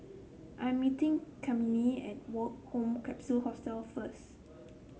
I'm meeting Cammie at Woke Home Capsule Hostel first